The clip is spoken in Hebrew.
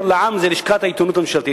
לשכת העיתונות הממשלתית,